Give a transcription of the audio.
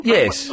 Yes